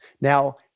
Now